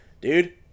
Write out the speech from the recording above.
Dude